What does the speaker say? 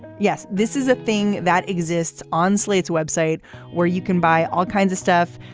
yes. this is a thing that exists on slate's website where you can buy all kinds of stuff.